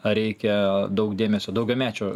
reikia daug dėmesio daugiamečio